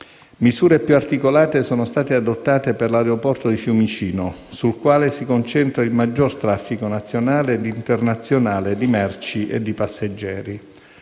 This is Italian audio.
Misure più articolate sono state adottate per l'aeroporto di Fiumicino, sul quale si concentra il maggior traffico nazionale ed internazionale di merci e di passeggeri.